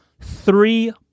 three